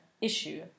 issue